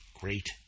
great